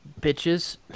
bitches